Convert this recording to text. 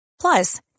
Plus